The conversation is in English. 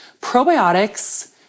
probiotics